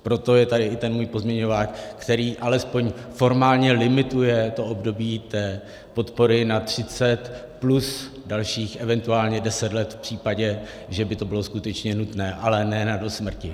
Proto je tady i ten můj pozměňovák, který alespoň formálně limituje období té podpory na třicet plus dalších, eventuálně dalších, deset let v případě, že by to bylo skutečně nutné, ale ne nadosmrti.